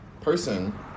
person